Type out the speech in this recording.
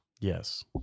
Yes